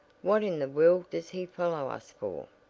what in the world does he follow us for?